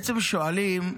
בעצם שואלים,